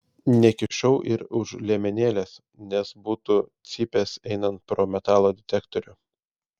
nekišau ir už liemenėlės nes būtų cypęs einant pro metalo detektorių